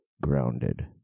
grounded